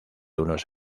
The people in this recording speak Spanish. unos